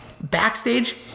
backstage